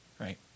right